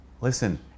Listen